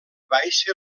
baixa